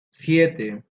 siete